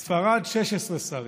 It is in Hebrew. ספרד, 16 שרים,